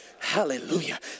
hallelujah